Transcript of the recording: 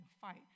fight